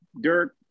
Dirk